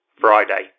Friday